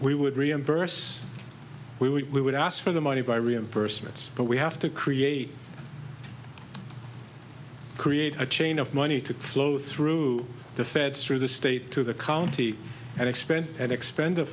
we would reimburse we would ask for the money by reimbursements but we have to create create a chain of money to flow through the feds through the state to the county and expense and expen